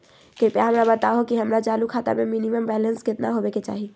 कृपया हमरा बताहो कि हमर चालू खाता मे मिनिमम बैलेंस केतना होबे के चाही